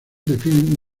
definen